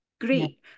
great